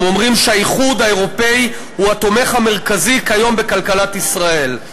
הם אומרים שהאיחוד האירופי הוא התומך המרכזי כיום בכלכלת ישראל.